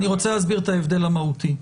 אני רוצה להסביר את ההבדל המהותי.